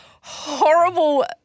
horrible